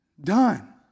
Done